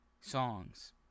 songs